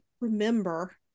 remember